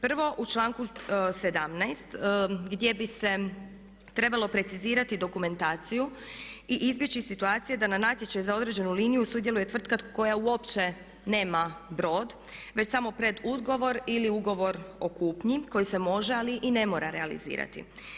Prvo u članku 17. gdje bi se trebalo precizirati dokumentaciju i izbjeći situacije da na natječaj za određenu liniju sudjeluje tvrtka koja uopće nema brod već samo predugovor ili ugovor o kupnji koji se može ali i ne mora realizirati.